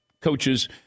coaches